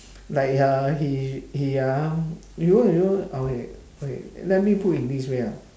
like ya he he ah you know you know okay wait let me put in this way ah